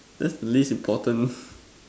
that's the least important